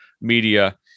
media